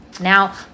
now